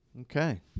Okay